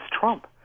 Trump